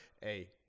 hey